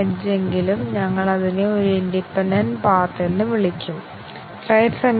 ഇവിടെ ഞങ്ങൾ ഉപയോഗിച്ചുകൊണ്ടിരിക്കുന്ന പദങ്ങൾ